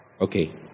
okay